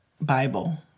Bible